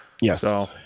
yes